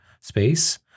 space